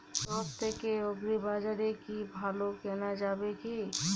সব থেকে আগ্রিবাজারে কি ভালো কেনা যাবে কি?